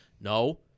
No